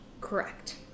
Correct